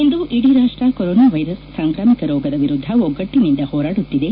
ಇಂದು ಇಡೀ ರಾಷ್ಟ corona virus ಸಾಂಕ್ರಾಮಿಕ ರೋಗದ ವಿರುದ್ಧ ಒಗ್ಗಟ್ಟಿನಿಂದ ಹೋರಾಡುತ್ತಿದೆ